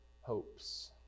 hopes